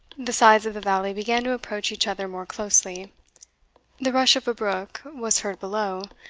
the sides of the valley began to approach each other more closely the rush of a brook was heard below,